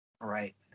Right